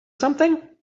something